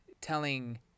telling